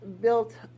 built